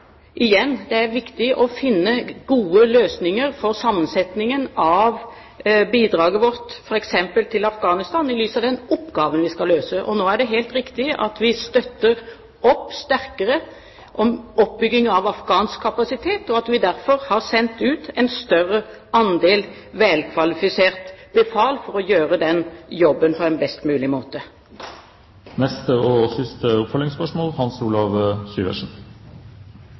det er viktig å finne gode løsninger for sammensetningen av bidraget vårt f.eks. til Afghanistan i lys av den oppgaven vi skal løse. Det er helt riktig at vi støtter sterkere opp om oppbygging av afghansk kapasitet, og at vi derfor har sendt ut en større andel velkvalifisert befal for å gjøre den jobben på en best mulig måte. Hans Olav Syversen – til oppfølgingsspørsmål.